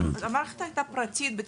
היא הייתה מערכת פרטית.